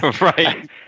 right